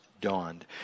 dawned